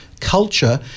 culture